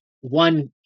one